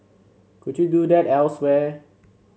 could you do that elsewhere